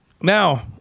Now